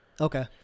Okay